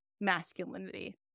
masculinity